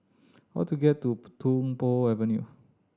how to get to Tung Po Avenue